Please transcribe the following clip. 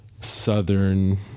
southern